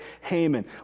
Haman